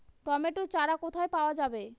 Tomato চারা কোথায় পাওয়া যাবে?